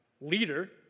leader